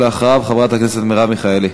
ואחריו, חברת הכנסת מרב מיכאלי.